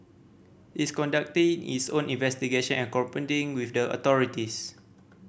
it's conducting its own investigation and cooperating with the authorities